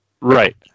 Right